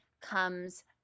comes